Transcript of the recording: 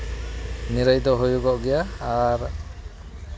ᱱᱤᱨᱟᱹᱭ ᱫᱚ ᱦᱩᱭᱩᱜᱚᱜ ᱜᱮᱭᱟ ᱟᱨ